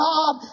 God